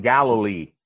Galilee